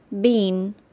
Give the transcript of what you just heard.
bean